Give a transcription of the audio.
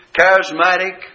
charismatic